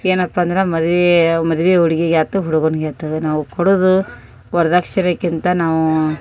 ಏನಪ್ಪ ಅಂದ್ರೆ ಮದುವೆ ಮದುವೆ ಹುಡುಗಿಗೆ ಆಯ್ತು ಹುಡುಗನ್ಗೆ ಆಯ್ತು ನಾವು ಕೊಡುದು ವರದಕ್ಷಿಣೆಕ್ಕಿಂತ ನಾವು